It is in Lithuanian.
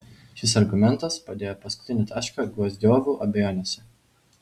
šis argumentas padėjo paskutinį tašką gvozdiovų abejonėse